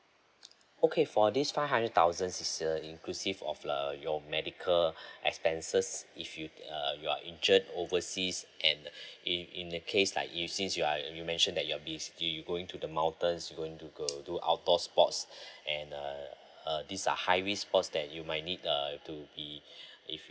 okay for this five hundred thousand is a inclusive of uh your medical expenses if you uh you are injured overseas and in in that case like you since you are you mentioned that you're basically going to the mountains you going to do outdoor sports and uh uh these are high risk sports that you might need uh to be if